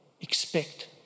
expect